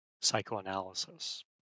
psychoanalysis